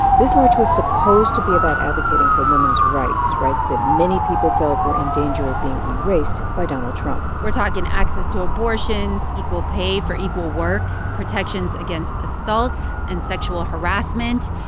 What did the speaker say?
this march was supposed to be about advocating for women's rights, rights that many people felt were in danger of being erased by donald trump we're talking access to abortions, equal pay for equal work, protections against assault and sexual harassment,